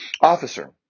officer